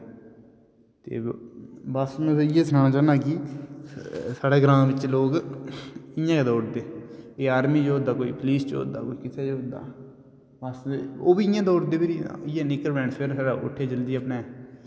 ते बस में हून इये सनाना चाहना कि साढ़े ग्रां बिच लोक इयां गै दौड़दे कोई आर्मी च दौड़दा कोई पुलीस च दौड़दा कोई इत्थै अस ते ओह्वी इयां दौडदे इयै निक्कर पेंट च फिर